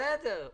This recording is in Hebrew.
בסדר.